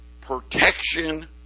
protection